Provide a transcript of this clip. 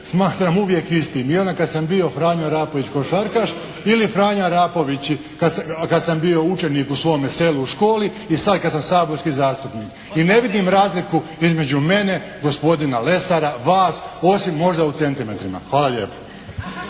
smatram uvijek istim i onda kad sam bio Franjo Arapović košarkaš ili Franjo Arapović kad sam učenik u svome selu u školi i sad kad sam saborski zastupnik i ne vidim razliku između mene, gospodina Lesara, vas osim možda u centimetrima. Hvala lijepo.